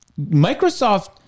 Microsoft